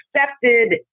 accepted